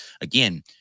Again